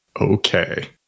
Okay